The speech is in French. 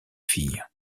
fille